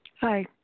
Hi